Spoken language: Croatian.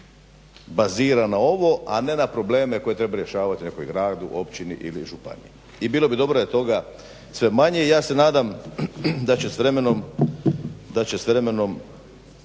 bazira na ovo a ne na probleme koje treba rješavati u nekom gradu, općini ili županiji, i bilo bi dobro radi toga sve manje, ja se nadam da će s vremenom,